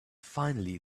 finally